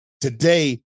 Today